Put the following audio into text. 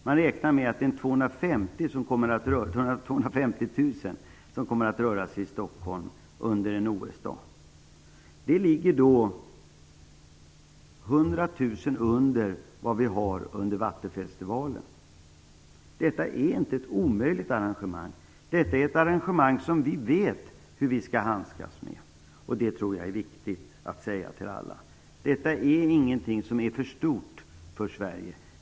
Man räknar med att 250 000 kommer att röra sig i Stockholm under en OS-dag. Det ligger då 100 000 under antalet som besöker Vattenfestivalen. Detta är inte ett omöjligt arrangemang. Detta är ett arrangemang som vi vet hur vi skall handskas med. Jag tror att det är viktigt att säga det till alla. Detta är ingenting som är för stort för Sverige.